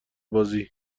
بازی